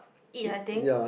eat I think